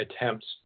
attempts